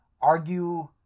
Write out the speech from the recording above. argue